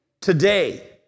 today